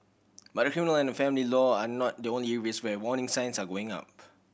but criminal and family law are not the only areas where warning signs are going up